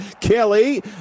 Kelly